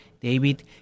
David